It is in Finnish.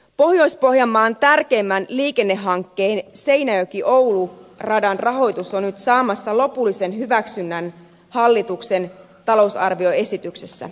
pohjois pohjanmaan tärkeimmän liikennehankkeen seinäjokioulu radan rahoitus on nyt saamassa lopullisen hyväksynnän hallituksen talousarvioesityksessä